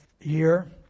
year